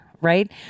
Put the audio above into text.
right